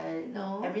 no